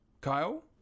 Kyle